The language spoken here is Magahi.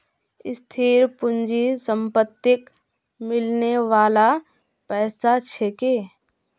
स्थिर पूंजी संपत्तिक मिलने बाला पैसा छिके